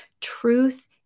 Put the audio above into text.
truth